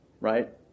right